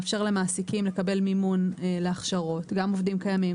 מאפשר למעסיקים לקבל מימון להכשרות גם עובדים קיימים,